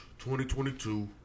2022